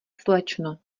slečno